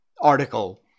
article